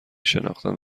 شناختند